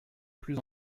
plus